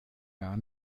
gar